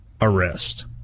arrest